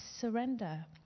surrender